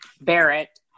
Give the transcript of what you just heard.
Barrett